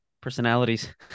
personalities